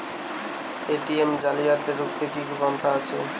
ATM জালিয়াতি রুখতে কি কি পন্থা আছে?